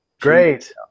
Great